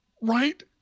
Right